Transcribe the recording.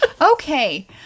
Okay